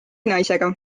naisega